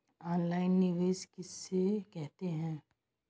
Online निवेश किसे कहते हैं?